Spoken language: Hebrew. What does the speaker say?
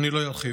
אני לא ארחיב.